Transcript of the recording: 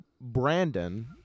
Brandon